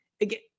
Again